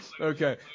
Okay